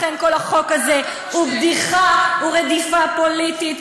לכן כל החוק הזה הוא בדיחה, הוא רדיפה פוליטית.